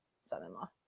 son-in-law